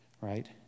right